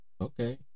okay